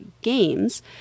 games